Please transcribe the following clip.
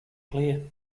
clear